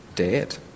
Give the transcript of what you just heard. dead